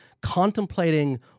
contemplating